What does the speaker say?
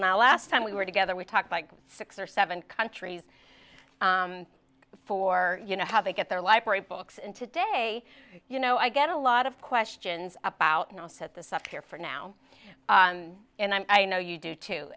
now last time we were together we talked like six or seven countries for you know how they get their library books and today you know i get a lot of questions about you know set this up here for now and i know you do to